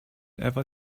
ever